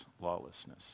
lawlessness